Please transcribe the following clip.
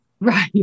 right